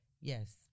Yes